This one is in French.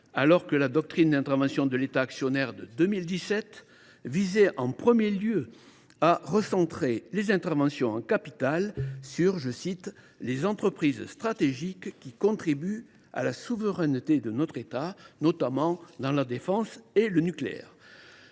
alors que la doctrine d’intervention de l’État actionnaire de 2017 visait en premier lieu à recentrer les interventions en capital sur les entreprises stratégiques qui contribuent à la souveraineté de notre pays, notamment dans la défense et le nucléaire.